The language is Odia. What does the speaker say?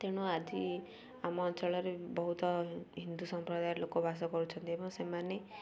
ତେଣୁ ଆଜି ଆମ ଅଞ୍ଚଳରେ ବହୁତ ହିନ୍ଦୁ ସମ୍ପ୍ରଦାୟର ଲୋକ ବାସ କରୁଛନ୍ତି ଏବଂ ସେମାନେ